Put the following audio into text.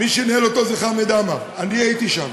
מי שניהל אותו זה חמד עמאר, ואני הייתי שם.